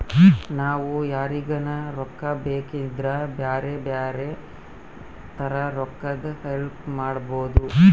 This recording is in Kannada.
ನಾವು ಯಾರಿಗನ ರೊಕ್ಕ ಬೇಕಿದ್ರ ಬ್ಯಾರೆ ಬ್ಯಾರೆ ತರ ರೊಕ್ಕದ್ ಹೆಲ್ಪ್ ಮಾಡ್ಬೋದು